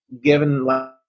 given